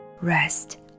rest